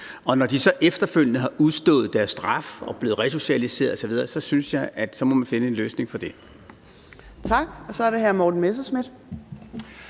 Og når de så efterfølgende har udstået deres straf og er blevet resocialiseret osv., så synes jeg, at man må finde en løsning på det. Kl. 14:25 Fjerde næstformand (Trine